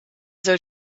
soll